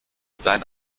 sein